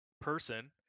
person